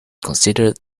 considered